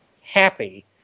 happy